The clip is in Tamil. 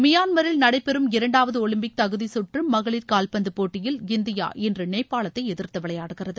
மியான்மரில் நடைபெறும் இரண்டாவது ஒலிம்பிக் தகுதிச் சுற்று மகளிர் காவ்பந்து போட்டியில் இந்தியா இன்று நேபாளத்தை எதிர்த்து விளையாடுகிறது